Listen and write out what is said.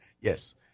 Yes